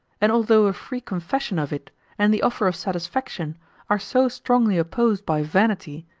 and although a free confession of it and the offer of satisfaction are so strongly opposed by vanity,